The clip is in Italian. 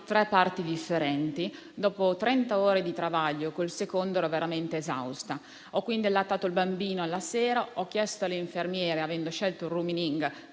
tre parti differenti. Dopo trenta ore di travaglio, col secondo, ero veramente esausta. Ho quindi allattato il bambino e, alla sera, ho chiesto alle infermiere, avendo scelto il *rooming